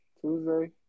Tuesday